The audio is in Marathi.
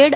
एड